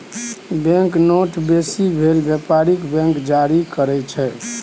bank note बेसी काल बेपारिक बैंक जारी करय छै